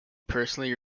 personally